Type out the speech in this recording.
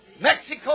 Mexico